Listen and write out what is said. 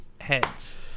heads